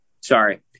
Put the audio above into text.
Sorry